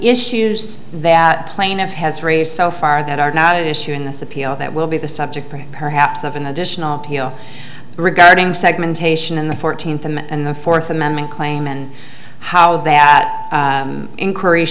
issues that plaintiff has raised so far that are not at issue in this appeal that will be the subject perhaps of an additional appeal regarding segmentation in the fourteenth and the fourth amendment claim and how that increase